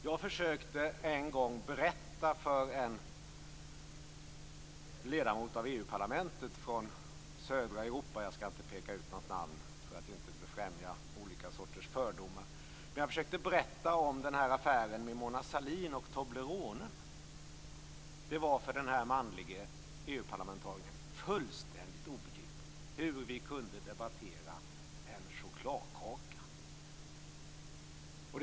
Jag försökte en gång berätta för en ledamot av EU-parlamentet från södra Europa, jag skall inte peka ut något namn för att inte befrämja olika sorters fördomar, om den här affären med Mona Sahlin och tobleronen. Det var för den här manlige EU-parlamentarikern fullständigt obegripligt hur vi kunde debattera en chokladkaka.